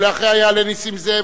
ולאחריה יעלה נסים זאב,